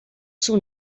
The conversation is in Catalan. seu